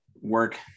work